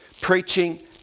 preaching